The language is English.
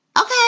Okay